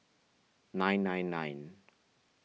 nine nine nine